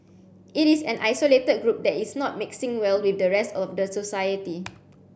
it is an isolated group that is not mixing well with the rest of society